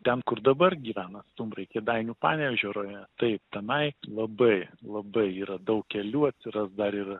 ten kur dabar gyvena stumbrai kėdainių panevėžio rajone taip tenai labai labai yra daug kelių atsiras dar ir